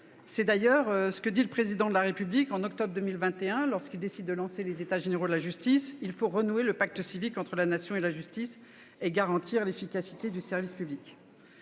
C'est également celui qu'a fait le Président de la République, en octobre 2021, lorsqu'il a décidé de lancer les États généraux de la justice, en déclarant qu'il fallait renouer le pacte civique entre la Nation et la justice et garantir l'efficacité du service public.